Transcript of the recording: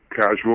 casual